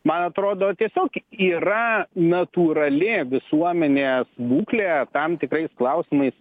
man atrodo tiesiog yra natūrali visuomenės būklė tam tikrais klausimais